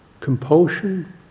compulsion